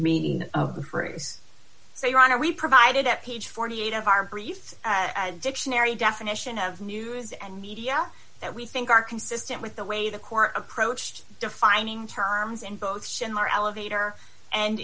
meaning of the phrase so your honor we provided at page forty eight of our brief dictionary definition of news and media that we think are consistent with the way the court approached defining terms in both schindler elevator and